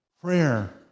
prayer